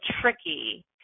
tricky